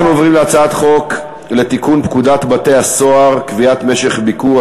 אנחנו עוברים להצעת חוק לתיקון פקודת בתי-הסוהר (קביעת משך הביקור),